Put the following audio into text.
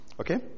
Okay